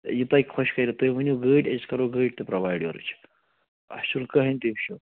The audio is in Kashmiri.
یہِ تۄہہِ خۄش کَریو تُہۍ ؤنِو گٲڑۍ أسۍ کَرَو گٲڑۍ تہِ پرٛوایڈ تہِ یورے اَسہِ چھُنہٕ کٔہٕنۍ تہِ اِشوٗ